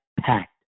packed